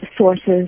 sources